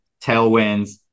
tailwinds